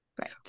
Right